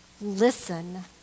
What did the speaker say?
listen